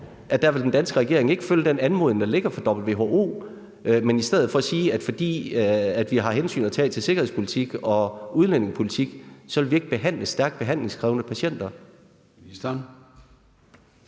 til dem, at den danske regering ikke vil følge den anmodning, der ligger fra WHO, fordi man har hensyn at tage til sikkerhedspolitik og udlændingepolitik og derfor ikke vil behandle stærkt behandlingskrævende patienter?